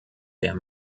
der